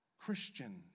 Christian